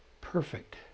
perfect